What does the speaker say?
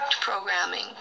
programming